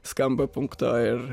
skamba punkto ir